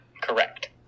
Correct